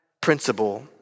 principle